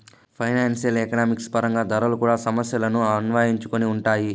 financial economics పరంగా ధరలు కూడా సమస్యలను అన్వయించుకొని ఉంటాయి